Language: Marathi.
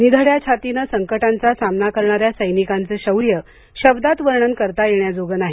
निधड्या छातीनं संकटांचा सामना करणाऱ्या सैनिकांचं शौर्य शब्दात वर्णन करता येण्याजोगं नाही